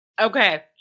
Okay